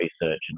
research